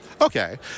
Okay